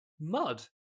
mud